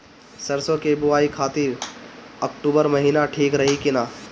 सरसों की बुवाई खाती अक्टूबर महीना ठीक रही की ना?